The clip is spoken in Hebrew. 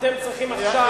אתם צריכים עכשיו,